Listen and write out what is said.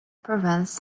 province